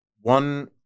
one